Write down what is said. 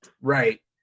Right